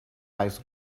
eyes